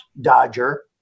dodger